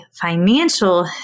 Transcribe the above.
financial